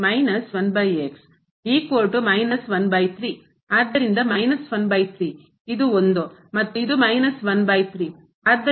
ಇದು ಆದ್ದರಿಂದ ಆದ್ದರಿಂದ ಇದು 1 ಮತ್ತು ಇದು ಆದ್ದರಿಂದ ಮಿತಿ